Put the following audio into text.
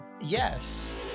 Yes